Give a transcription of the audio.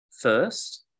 first